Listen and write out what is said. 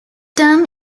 term